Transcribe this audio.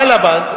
בא לבנק,